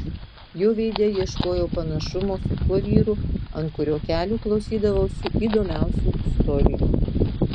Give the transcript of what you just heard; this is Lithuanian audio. jo veide ieškojau panašumo su tuo vyru ant kurio kelių klausydavausi įdomiausių istorijų